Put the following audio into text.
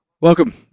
Welcome